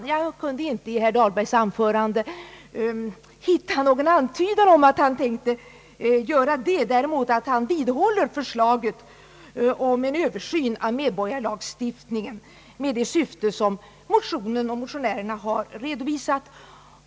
Jag kunde inte i herr Dahlbergs anförande finna någon antydan om att han tänkte göra detta, däremot att han står fast vid förslaget om en översyn av medborgarlagstiftningen med det syfte som motionärerna har redovisat.